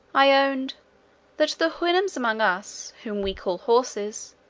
i owned that the houyhnhnms among us, whom we called horses,